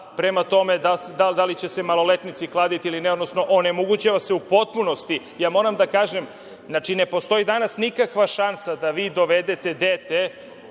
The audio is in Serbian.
prema tome da li će se maloletnici kladiti ili ne, odnosno onemogućava se u potpunosti. Moram da kažem, znači, da ne postoji danas nikakva šansa da vi dovedete dete,